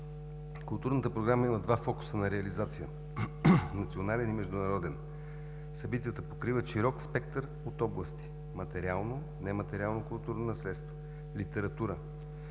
Културната програма има два фокуса на реализация – национален и международен. Събитията покриват широк спектър от области: материално и нематериално културно наследство, литература,